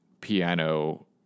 piano